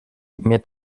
mir